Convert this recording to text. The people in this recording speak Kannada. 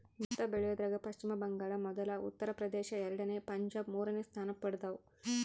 ಭತ್ತ ಬೆಳಿಯೋದ್ರಾಗ ಪಚ್ಚಿಮ ಬಂಗಾಳ ಮೊದಲ ಉತ್ತರ ಪ್ರದೇಶ ಎರಡನೇ ಪಂಜಾಬ್ ಮೂರನೇ ಸ್ಥಾನ ಪಡ್ದವ